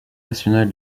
national